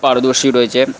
পারদর্শী রয়েছে